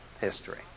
history